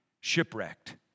shipwrecked